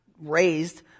raised